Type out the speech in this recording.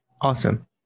Awesome